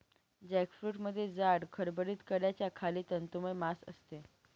जॅकफ्रूटमध्ये जाड, खडबडीत कड्याच्या खाली तंतुमय मांस असते